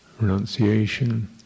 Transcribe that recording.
renunciation